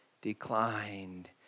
declined